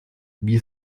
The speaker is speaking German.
wir